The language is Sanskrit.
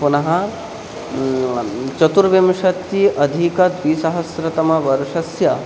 पुनः चतुर्विंशति अधिक द्विसहस्रतमवर्षस्य